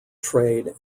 trade